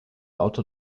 autor